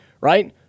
right